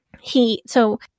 he—so